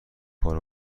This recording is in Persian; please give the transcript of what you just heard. کار